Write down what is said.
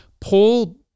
Paul